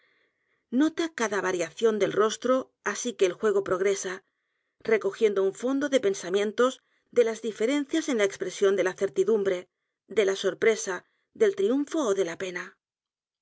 cada variación del rostro así que el juego p r o g r e s a recogiendo un fondo de pensamientos de las diferencias en la expresión de la certidumbre de la sorpresa del triunfo ó de la pena